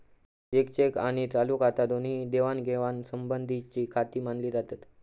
येक चेक आणि चालू खाता दोन्ही ही देवाणघेवाण संबंधीचीखाती मानली जातत